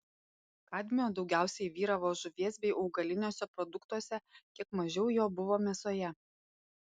kadmio daugiausiai vyravo žuvies bei augaliniuose produktuose kiek mažiau jo buvo mėsoje